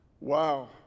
wow